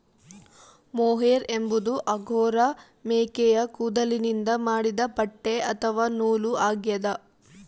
mohair ಎಂಬುದು angora ಮೇಕೆಯ ಕೂದಲಿನಿಂದ ಮಾಡಿದ ಬಟ್ಟೆ ಅಥವಾ ನೂಲು ಆಗ್ಯದ